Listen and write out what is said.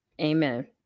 Amen